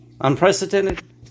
Unprecedented